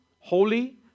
Holy